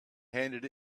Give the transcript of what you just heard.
handed